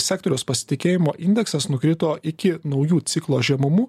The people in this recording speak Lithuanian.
sektoriaus pasitikėjimo indeksas nukrito iki naujų ciklo žemumų